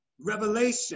revelation